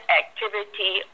activity